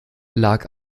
lag